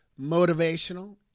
Motivational